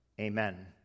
Amen